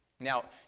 Now